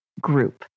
group